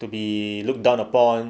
to be looked down upon